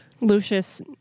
lucius